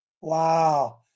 Wow